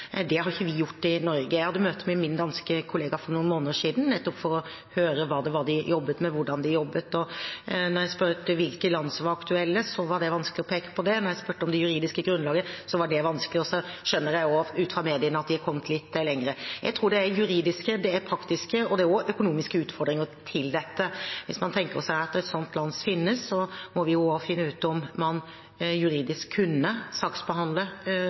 Det har ikke vi gjort i Norge. Jeg hadde møte med min danske kollega for noen måneder siden, nettopp for å høre hva de jobbet med, og hvordan de jobbet. Da jeg spurte om hvilke land som var aktuelle, var det vanskelig å peke på det. Da jeg spurte om det juridiske grunnlaget, var det vanskelig. Så skjønner jeg ut fra mediene at de har kommet litt lenger. Jeg tror det er juridiske, praktiske og også økonomiske utfordringer i dette. Hvis man tenker seg at et slikt land finnes, må vi også finne ut om man juridisk kunne saksbehandle